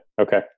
Okay